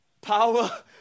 power